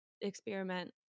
experiment